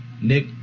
Nick